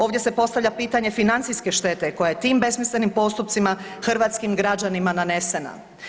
Ovdje se postavlja pitanje financijske štete koja tim besmislenim postupcima hrvatskim građanima nanesena.